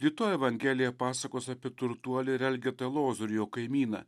rytoj evangelija pasakos apie turtuolį ir elgetą lozorių jo kaimyną